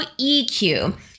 EQ